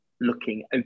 looking